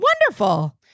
Wonderful